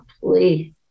please